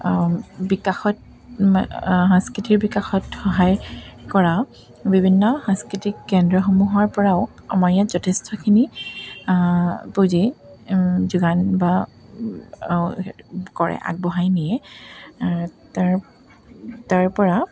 বিকাশত সাংস্কৃতিৰ বিকাশত সহায় কৰা বিভিন্ন সাংস্কৃতিক কেন্দ্ৰসমূহৰপৰাও আমাৰ ইয়াত যথেষ্টখিনি পুঁজি যোগান বা কৰে আগবঢ়াই নিয়ে তাৰ তাৰপৰা